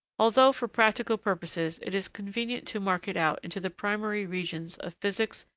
although, for practical purposes, it is convenient to mark it out into the primary regions of physics,